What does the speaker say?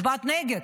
הצבעת נגד.